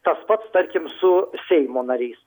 tas pats tarkim su seimo nariais